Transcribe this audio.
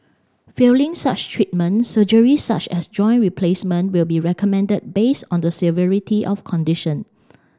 failing such treatment surgery such as joint replacement will be recommended based on the severity of condition